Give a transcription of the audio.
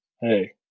Hey